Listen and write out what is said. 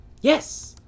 Yes